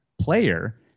player